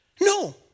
No